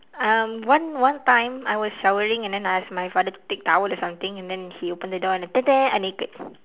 um one one time I was showering and then I ask my father to take towel or something and then he open the door and then ta da I naked